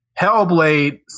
Hellblade